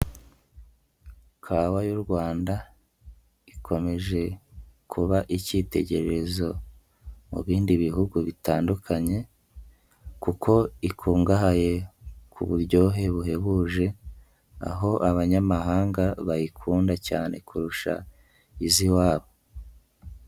Kawa y'u Rwanda ikomeje kuba ikitegererezo mu bindi Bihugu bitandukanye kuko ikungahaye ku buryohe buhebuje, aho abanyamahanga bayikunda cyane kurusha iz'iwabo.